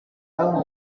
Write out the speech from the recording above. own